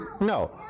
No